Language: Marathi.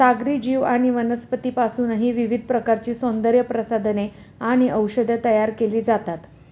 सागरी जीव आणि वनस्पतींपासूनही विविध प्रकारची सौंदर्यप्रसाधने आणि औषधे तयार केली जातात